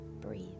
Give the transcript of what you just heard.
breathe